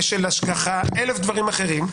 כשל השגחה אלף דברים אחרים,